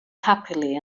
happily